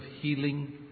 healing